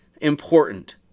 important